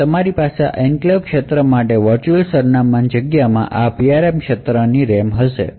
હવે તમારી પાસે આ એન્ક્લેવ્સ એરિયામાટે વર્ચુઅલ એડ્રેસ સ્પેસ માં આ PRM ક્ષેત્ર રેમમાં હશે